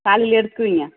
காலையில் எடுத்து வைங்க